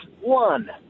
one